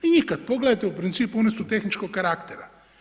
Vi njih kada pogledate u principu one su tehničkog karaktera.